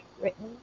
written